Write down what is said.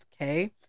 okay